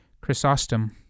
Chrysostom